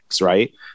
Right